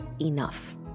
enough